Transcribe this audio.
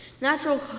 Natural